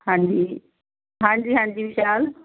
ਹਾਂਜੀ ਹਾਂਜੀ ਹਾਂਜੀ ਵਿਸ਼ਾਲ